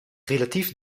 relatief